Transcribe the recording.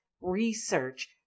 research